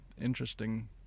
interesting